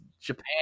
Japan